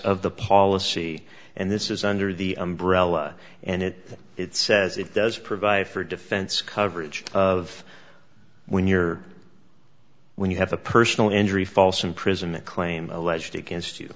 of the policy and this is under the umbrella and it it says it does provide for defense coverage of when you're when you have a personal injury false imprisonment claim alleged against you